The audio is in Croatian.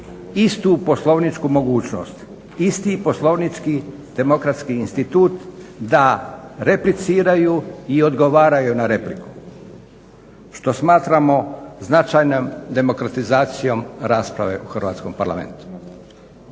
istu poslovničku mogućnost, isti poslovnički demokratski institut da repliciraju i odgovaraju na repliku što smatramo značajnom demokratizacijom rasprave u Hrvatskom parlamentu.